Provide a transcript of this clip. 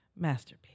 Masterpiece